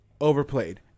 overplayed